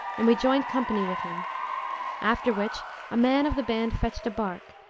and we joined company with him after which a man of the band fetched a barque,